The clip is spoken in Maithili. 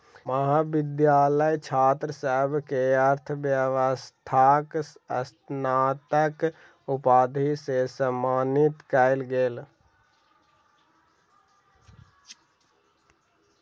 महाविद्यालय मे छात्र सभ के अर्थव्यवस्थाक स्नातक उपाधि सॅ सम्मानित कयल गेल